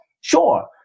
Sure